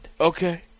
Okay